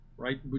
right